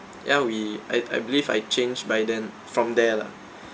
ya we I I believe I changed by then from there lah